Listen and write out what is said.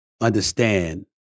understand